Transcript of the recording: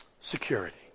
Security